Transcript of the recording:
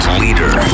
leader